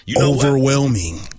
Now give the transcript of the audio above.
overwhelming